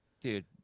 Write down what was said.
Dude